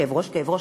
כאב ראש,